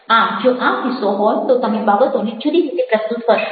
આમ જો આ કિસ્સો હોય તો તમે બાબતોને જુદી રીતે પ્રસ્તુત કરશો